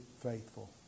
faithful